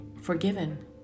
forgiven